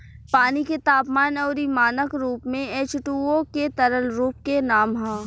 पानी के तापमान अउरी मानक रूप में एचटूओ के तरल रूप के नाम ह